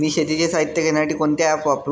मी शेतीचे साहित्य घेण्यासाठी कोणते ॲप वापरु?